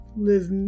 live